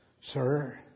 Sir